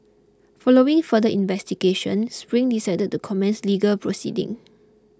following further investigations Spring decided to commence legal proceeding